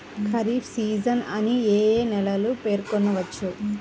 Kharif season అని ఏ ఏ నెలలను పేర్కొనవచ్చు?